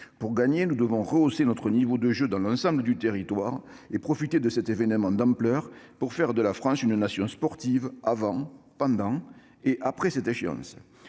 Pour gagner, nous devons rehausser notre niveau de jeu, à nouveau partout sur le territoire, et profiter de cet événement d'ampleur pour faire de la France une nation sportive avant, pendant et après cette échéance.